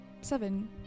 seven